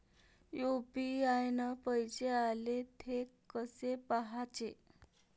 UPI न पैसे आले, थे कसे पाहाचे?